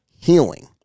healing